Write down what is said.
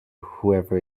whoever